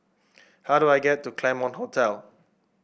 how do I get to The Claremont Hotel